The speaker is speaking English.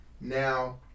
now